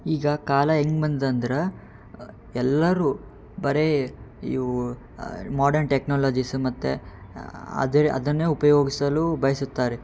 ಈಗ ಕಾಲ ಹೆಂಗ್ ಬಂದ್ ಅಂದ್ರೆ ಎಲ್ಲರೂ ಬರೇ ಇವು ಮಾಡನ್ ಟೆಕ್ನಾಲಜಿಸು ಮತ್ತು ಅದಿರೆ ಅದನ್ನೇ ಉಪಯೋಗಿಸಲು ಬಯಸುತ್ತಾರೆ